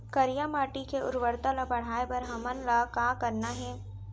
करिया माटी के उर्वरता ला बढ़ाए बर हमन ला का करना हे?